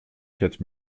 quatre